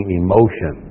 emotion